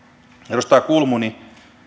edustaja kulmuni